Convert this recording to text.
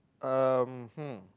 um hmm